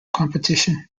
competition